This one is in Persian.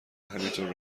همینطور